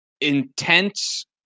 intense